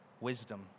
wisdom